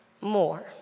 more